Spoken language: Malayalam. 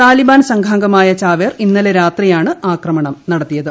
താലിബാൻ സംഘാംഗമായ ചാവേർ ഇന്നലെ രാത്രിയാണ് ആക്രമണം നടത്തിയത്